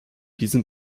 diesen